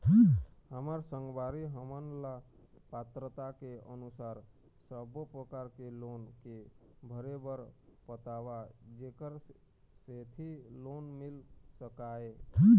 हमर संगवारी हमन ला पात्रता के अनुसार सब्बो प्रकार के लोन के भरे बर बताव जेकर सेंथी लोन मिल सकाए?